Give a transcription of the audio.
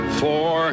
four